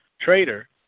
trader